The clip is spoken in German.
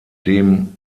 dem